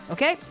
Okay